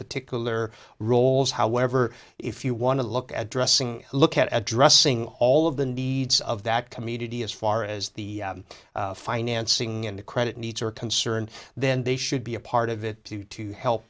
particular roles however if you want to look at dressing look at dressing all of the needs of that community as far as the financing and the credit needs are concerned then they should be a part of it too to help